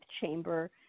chamber